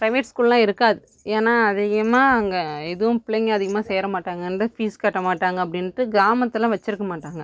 private ஸ்கூலெலாம் இருக்காது ஏன்னால் அதிகமாக அங்கே எதுவும் பிள்ளைங்க அதிகமாக சேர மாட்டாங்கன்னு தான் ஃபீஸ் கட்ட மாட்டாங்க அப்படின்ட்டு கிராமத்தில் வச்சுருக்க மாட்டாங்க